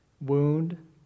wound